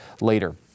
later